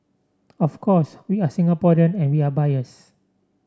of course we are Singaporean and we are biased